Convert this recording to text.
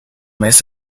mes